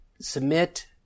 submit